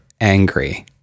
angry